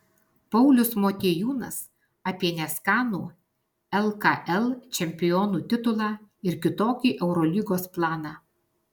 paulius motiejūnas apie neskanų lkl čempionų titulą ir kitokį eurolygos planą